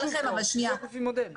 זה ללכת לפי מודל.